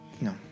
No